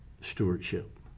stewardship